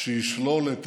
שישלול את